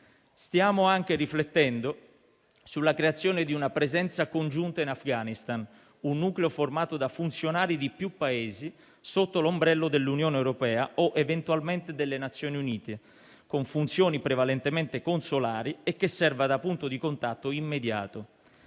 Stiamo anche riflettendo sulla creazione di una presenza congiunta in Afghanistan, un nucleo formato da funzionari di più Paesi sotto l'ombrello dell'Unione europea o eventualmente delle Nazioni Unite, con funzioni prevalentemente consolari e che serva da punto di contatto immediato.